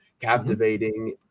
captivating